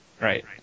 Right